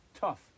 tough